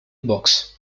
box